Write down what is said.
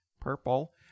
Purple